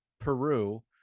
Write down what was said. peru